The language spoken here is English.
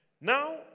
Now